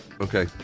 Okay